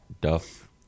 Duff